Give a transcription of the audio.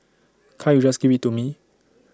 can't you just give IT to me